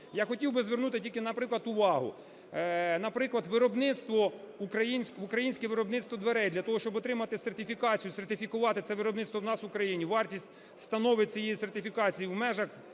Я хотів би звернути тільки, наприклад, увагу, наприклад, виробництво, українське виробництво дверей. Для того, щоб отримати сертифікацію, сертифікувати це виробництво у нас в Україні, вартість становить, цієї сертифікації, у межах